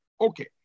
Okay